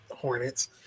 Hornets